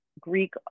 Greek